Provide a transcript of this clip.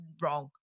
wrong